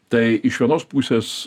tai iš vienos pusės